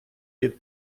від